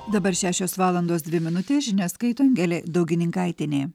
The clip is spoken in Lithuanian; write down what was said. dabar šešios valandos dvi minutės žinias skaito angelė daugininkaitienė